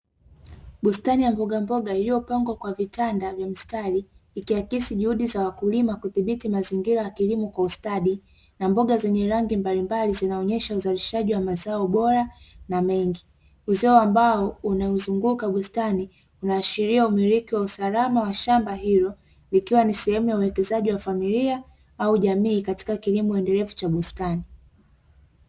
Bustani ya mboga mboga iliyopangwa kwa vitanda vya mstari, ikiakisi juhudi za mkulima kudhibiti mazingira ya kilimo kwa usatadi na mboga zenye rangi mbalimbali zinaonesha uzalishaji wa mazao bora na mengi. Uzio wa mbao unaozunguka bustani inaashiria umiliki wa usalama shamba hilo ikiwa ni sehemu ya uwekezaji wa familia au jamii katika kilimo endelevu cha bustani.